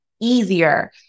easier